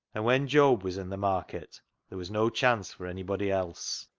and when job was in the market there was no chance for anybody else.